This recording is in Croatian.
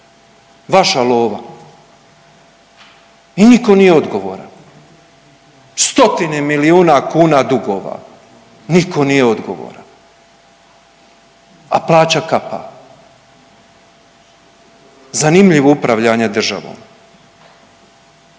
vaša lova i niko nije odgovoran. Stotine milijuna kuna dugova, niko nije odgovaran, a plaća kapa. Zanimljivo upravljanje državom.